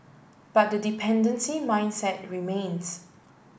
but the dependency mindset remains